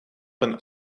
een